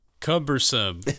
Cumbersome